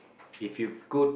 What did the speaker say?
if you could